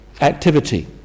activity